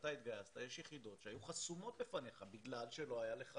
שכשאתה התגייסת היו יחידות שהיו חסומות בפניך בגלל שלא היו לך